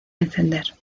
encender